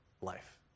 life